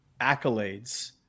accolades